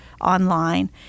online